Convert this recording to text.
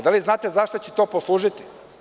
Da li znate za šta će to poslužiti?